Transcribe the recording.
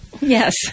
Yes